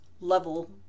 level